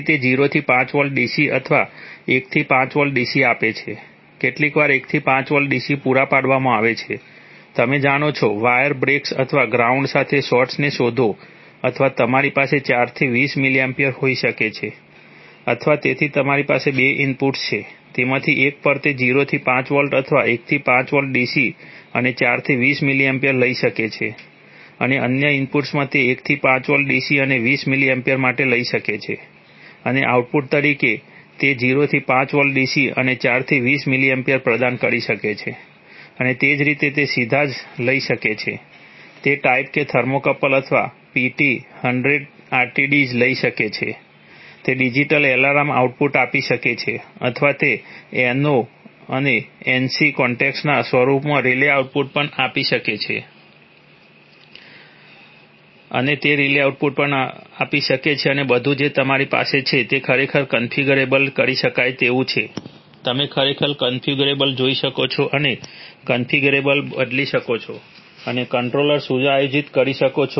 તેથી તે 0 થી 5 વોલ્ટ dc અથવા 1 થી 5 વોલ્ટ dc આપે છે કેટલીકવાર 1 થી 5 વોલ્ટ dc પૂરા પાડવામાં આવે છે તમે જાણો છો વાયર બ્રેક્સ અથવા ગ્રાઉન્ડ સાથે શોર્ટ્સને શોધો અથવા તમારી પાસે 4 થી 20 mA હોઈ શકે છે અથવા તેથી તમારી પાસે બે ઇનપુટ્સ છે તેમાંથી એક પર તે 0 થી 5 વોલ્ટ અથવા 1 થી 5 વોલ્ટ dc અને 4 થી 20 mA લઈ શકે છે અને અન્ય ઇનપુટમાં તે 1 થી 5 વોલ્ટ dc અને 20 mA માટે લઇ શકે છે અને આઉટપુટ તરીકે તે 0 થી 5 વોલ્ટ dc અને 4 થી 20 mA પ્રદાન કરી શકે છે અને તે જ રીતે તે સીધા જ લઇ શકે છે તે ટાઇપ કે થર્મોકોપલ અથવા PT 100 RTDs લઇ શકે છે તે ડિજિટલ એલાર્મ આઉટપુટ આપી શકે છે અથવા તે NO અને NC કોન્ટેક્ટ્સના સ્વરૂપમાં રિલે આઉટપુટ પણ આપી શકે છે અને તે રિલે આઉટપુટ પણ આપી શકે છે અને આ બધું જે તમારી પાસે છે તે ખરેખર કન્ફિગરેબલ કરી શકાય તેવું છે તમે ખરેખર કન્ફિગરેબલ જોઈ શકો છો તમે કન્ફિગરેબલ બદલી શકો છો અને કંટ્રોલર સુયોજિત કરી શકો છો